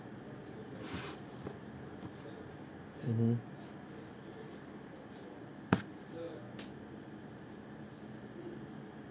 mmhmm